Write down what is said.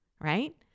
right